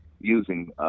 using